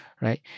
right